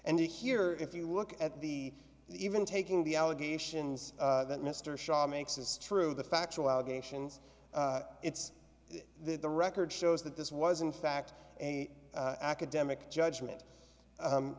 and here if you look at the even taking the allegations that mr shaw makes is true the factual allegations it's the record shows that this was in fact a academic judgement